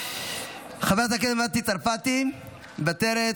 חברת הכנסת מטי צרפתי, מוותרת.